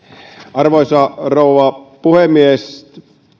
arvoisa rouva puhemies